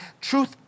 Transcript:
Truth